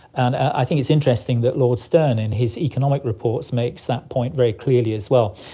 and i think it's interesting that lord stern in his economic reports makes that point very clearly as well,